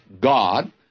God